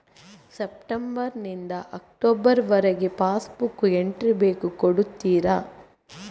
September ನಿಂದ October ವರಗೆ passbook entry ಬೇಕು ಕೊಡುತ್ತೀರಾ?